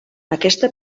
aquesta